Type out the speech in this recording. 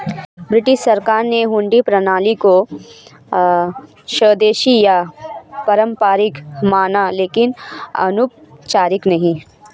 British सरकार ने हुंडी प्रणाली को स्वदेशी या पारंपरिक माना लेकिन अनौपचारिक नहीं